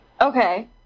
Okay